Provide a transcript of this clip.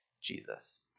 Jesus